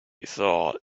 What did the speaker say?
thought